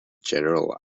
general